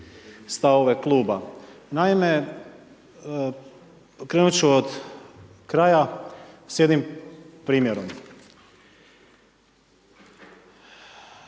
stavove kluba. Naime, krenut ću od kraja s jednim primjerom.